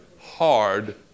hard